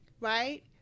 right